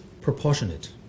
proportionate